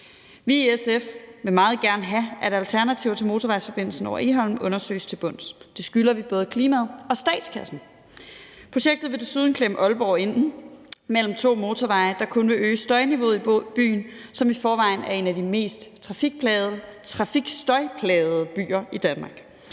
Vi i SF vil meget gerne have, at alternativer til motorvejsforbindelsen over Egholm undersøges til bunds. Det skylder vi både klimaet og statskassen. Projektet vil desuden klemme Aalborg inde mellem to motorveje, der kun vil øge støjniveauet i byen, som i forvejen er en af de mest trafikstøjplagede byer i Danmark.